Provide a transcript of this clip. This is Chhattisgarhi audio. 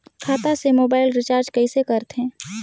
खाता से मोबाइल रिचार्ज कइसे करथे